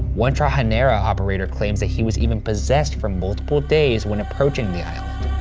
one trajinera operator claims that he was even possessed for multiple days when approaching the island.